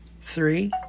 three